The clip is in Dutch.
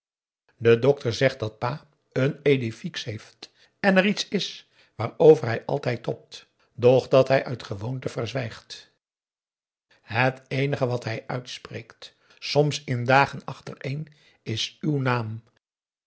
de dokter zegt dat pa een idée fixe heeft en er iets is waarover hij altijd tobt doch dat hij uit gewoonte verzwijgt het eenige wat hij uitspreekt soms in dagen achtereen is uw naam